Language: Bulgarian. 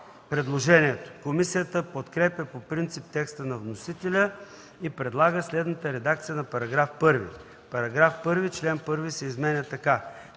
предложението. Комисията подкрепя по принцип текста на вносителя и предлага следната редакция на § 1: „§ 1. Член 1 се изменя така: